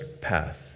path